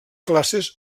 classes